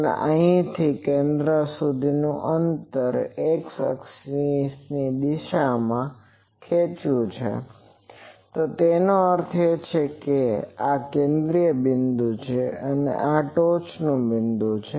અને અહીં કેન્દ્રથી અંતર X અક્ષની દિશામાં ખેચ્યું છે તો તેનો અર્થ એ કે આ કેન્દ્રિય બિંદુ છે અને આ ટોચનું બિંદુ છે